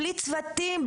בלי צוותים,